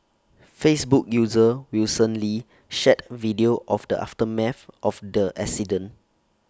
Facebook user Wilson lee shared video of the aftermath of the accident